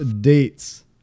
dates